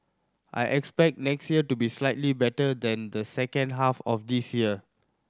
I expect next year to be slightly better than the second half of this year